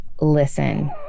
listen